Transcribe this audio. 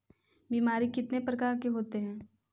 बीमारी कितने प्रकार के होते हैं?